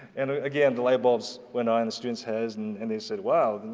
and again, the lightbulbs went on in student's heads and and they said, wow,